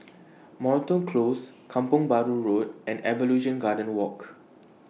Moreton Close Kampong Bahru Road and Evolution Garden Walk